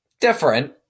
Different